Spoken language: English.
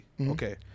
Okay